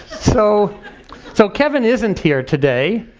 so so kevin isn't here today.